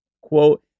quote